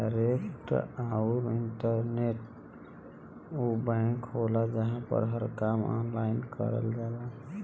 direct आउर internet उ bank होला जहां पर हर काम ऑनलाइन करल जाला